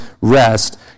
rest